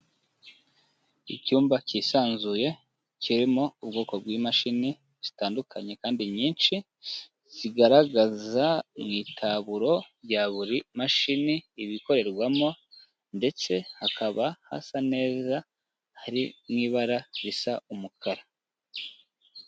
Icyumba cyisanzuye kirimo ubwoko bw'imashini zitandukanye kandi nyinshi, zigaragaza mu itaburo rya buri mashini ibikorerwamo ndetse hakaba hasa neza hari n'ibara risa umukara.